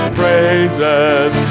praises